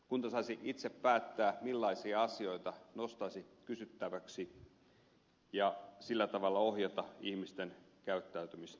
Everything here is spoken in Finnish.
kunta saisi itse päättää millaisia asioita nostaisi kysyttäväksi ja sillä tavalla ohjata ihmisten käyttäytymistä